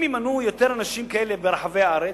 אם ימנו יותר אנשים כאלה ברחבי הארץ,